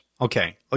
Okay